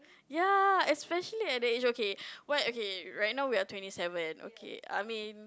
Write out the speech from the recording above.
ya especially at the age okay what okay right now we are twenty seven okay I mean